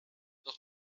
noch